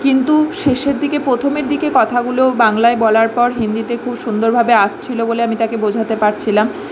কিন্তু শেষের দিকে প্রথমের দিকে কথাগুলো বাংলায় বলার পর হিন্দিতে খুব সুন্দরভাবে আসছিলো বলে আমি তাকে বোঝাতে পারছিলাম